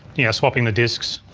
you know swapping the disks,